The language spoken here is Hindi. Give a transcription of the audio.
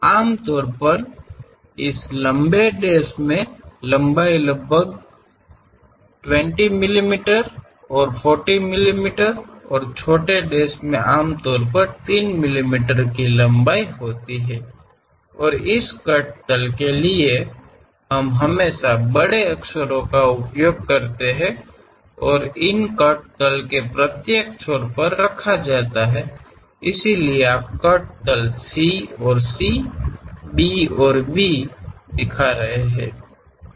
आमतौर पर इस लंबे डैश में लंबाई लगभग 20 मिमी से 40 मिमी और छोटी डैश में आमतौर पर 3 मिमी की लंबाई होती है और इस कट तल के लिए हम हमेशा बड़े अक्षरों का उपयोग करते हैं और इन्हें कट तल के प्रत्येक छोर पर रखा जाता है इसलिए आप कट तल C और C B और B द्वारा दिखा रहे हैं